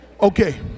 Okay